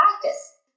practice